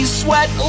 sweat